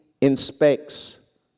inspects